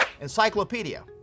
Encyclopedia